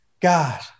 God